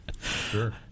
Sure